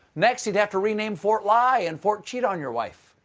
next, he'd have to rename fort lie, and fort cheat-on-your-wife